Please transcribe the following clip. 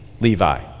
Levi